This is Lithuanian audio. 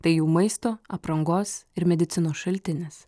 tai jų maisto aprangos ir medicinos šaltinis